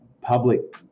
public